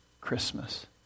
Christmas